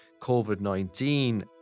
COVID-19